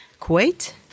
Kuwait